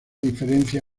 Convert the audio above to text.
diferencia